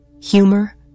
Humor